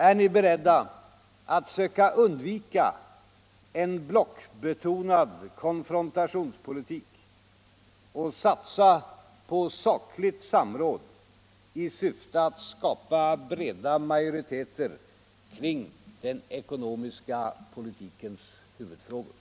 Är ni beredda att söka undvika en blockbetonad konfrontationspolitik och satsa på sakligt samråd i syfte att skapa breda majoriteter kring den ekonomiska politikens huvudfrågor?